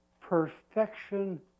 perfection